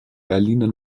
berliner